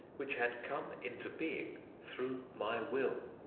which had come into being through my will.